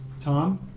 Tom